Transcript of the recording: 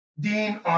Dean